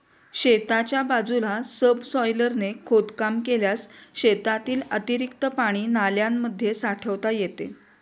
शेताच्या बाजूला सबसॉयलरने खोदकाम केल्यास शेतातील अतिरिक्त पाणी नाल्यांमध्ये साठवता येते